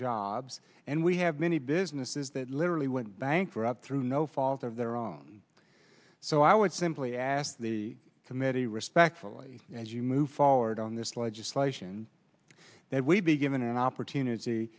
jobs and we have many businesses that literally went bankrupt through no fault of their own so i would simply ask the committee respectfully as you move forward on this legislation that we be given an opportunity